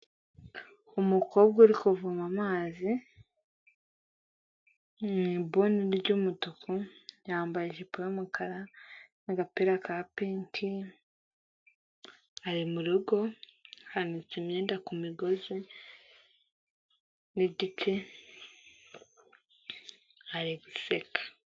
Umukobwa uri kuvoma amazi mu ibuni ry'umutuku, yambaye ijipo yumukara n'agapira ka pinki, ari murugo, hanitse imyenda ku migozi n'igiti arimo guseka.